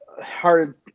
hard